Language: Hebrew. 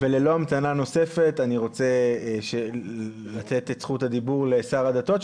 אני רוצה לתת את זכות הדיבור לשר הדתות,